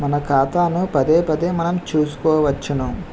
మన ఖాతాను పదేపదే మనం చూసుకోవచ్చును